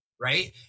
right